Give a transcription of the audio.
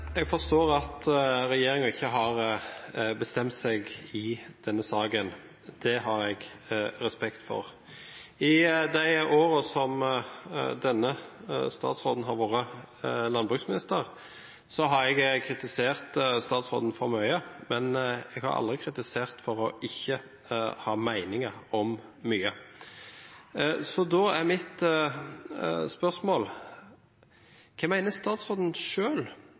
Jeg forstår at regjeringen ikke har bestemt seg i denne saken. Det har jeg respekt for. I de årene som denne statsråden har vært landbruksminister, har jeg kritisert statsråden for mye, men jeg har aldri kritisert henne for ikke å ha meninger om mye. Så da er mitt spørsmål: Hva mener statsråden